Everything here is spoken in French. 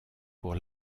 pour